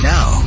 Now